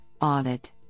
audit